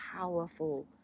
powerful